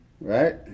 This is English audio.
Right